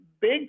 big